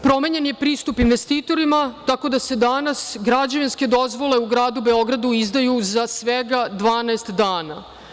Promenjen je pristup investitorima, tako da se danas građevinske dozvole u Gradu Beogradu izdaju za svega 12 dana.